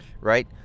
right